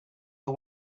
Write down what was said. the